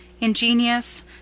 ingenious